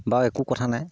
বাৰু একো কথা নাই